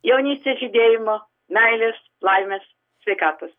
jaunystės žydėjimo meilės laimės sveikatos